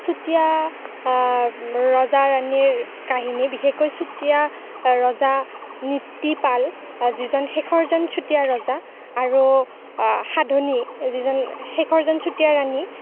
চুতীয়া ৰজা ৰাণীৰ কাহিনী বিশেষকৈ চুতীয়া ৰজা নীতিপাল যিজন শেষৰজন চুতীয়া ৰজা আৰু সাধনী যিজন শেষৰজন চুতীয়া ৰাণী